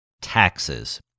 taxes